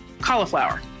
cauliflower